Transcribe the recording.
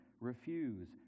refuse